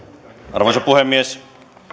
arvoisa puhemies